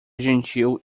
gentil